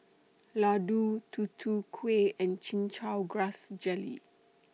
Laddu Tutu Kueh and Chin Chow Grass Jelly